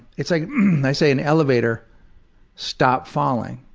it's like they say an elevator stopped falling